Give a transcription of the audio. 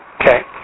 Okay